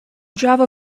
java